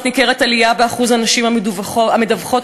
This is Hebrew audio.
מהפניות מדווחות